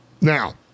Now